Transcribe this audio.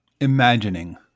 imagining